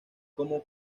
como